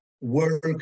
work